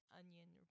onion